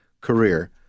career